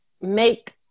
make